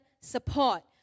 support